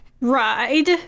Ride